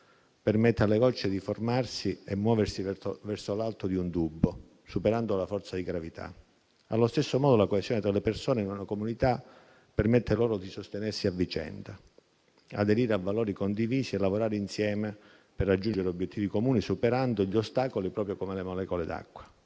permette alle gocce di formarsi e muoversi verso l'alto di un tubo, superando la forza di gravità. Allo stesso modo, la coesione tra le persone in una comunità permette loro di sostenersi a vicenda, di aderire a valori condivisi e di lavorare insieme per raggiungere obiettivi comuni, superando gli ostacoli, proprio come le molecole d'acqua.